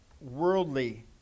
worldly